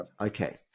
okay